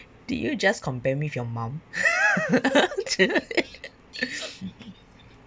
did you just compare with your mum